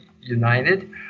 united